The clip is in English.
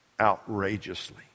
outrageously